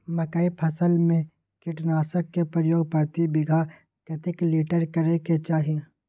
मकई फसल में कीटनासक के प्रयोग प्रति बीघा कतेक लीटर करय के चाही?